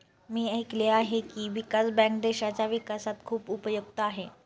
मी ऐकले आहे की, विकास बँक देशाच्या विकासात खूप उपयुक्त आहे